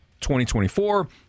2024